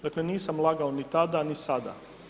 Dakle, nisam lagao ni tada ni sada.